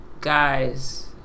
Guys